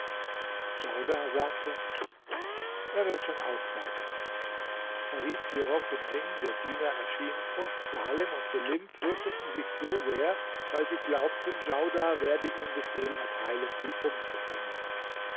djaudar sagte er wird schon aufmerken er rieb hierauf den ring der diener erschien und salem und selim fürchteten sich sehr weil sie glaubten djaudar werde ihm befehl erteilen sie umzubringen